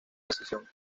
decisión